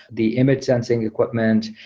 the image sensing equipment.